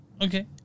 Okay